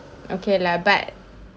okay lah but